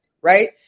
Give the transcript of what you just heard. right